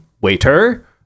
waiter